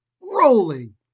rolling